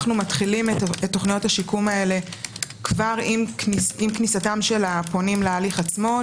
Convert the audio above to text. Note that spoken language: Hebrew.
אנו מתחילים את תוכניות השיקום האלה כבר עם כניסת הפונים להליך עצמו,